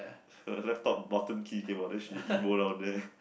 her laptop bottom key came out then she emo down there